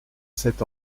sept